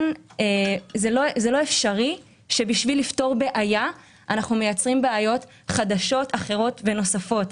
לא אפשרי שבשביל לפתור בעיה אנחנו מייצרים בעיות חדשות אחרות ונוספות.